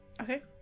Okay